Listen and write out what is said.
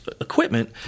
equipment